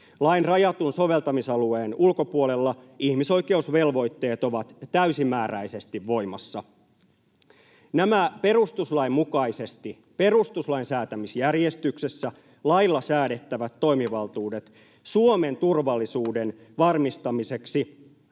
Lain rajatun soveltamisalueen ulkopuolella ihmisoikeusvelvoitteet ovat täysimääräisesti voimassa. Nämä perustuslain mukaisesti, perustuslain säätämisjärjestyksessä, lailla säädettävät toimivaltuudet Suomen turvallisuuden varmistamiseksi